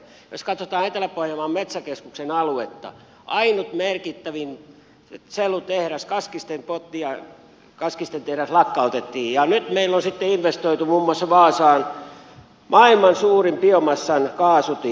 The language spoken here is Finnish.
jos katsotaan etelä pohjanmaan metsäkeskuksen aluetta ainut merkittävin sellutehdas kaskisten tehdas lakkautettiin ja nyt meillä on sitten investoitu muun muassa vaasaan maailman suurin biomassan kaasutin